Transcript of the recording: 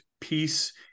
peace